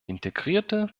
integrierte